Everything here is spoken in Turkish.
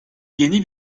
yeni